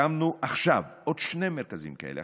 הקמנו עכשיו עוד שני מרכזים כאלה.